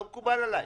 לא מקובל עלי.